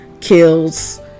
Kills